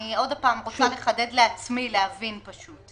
אני רוצה לחדד לעצמי, להבין פשוט.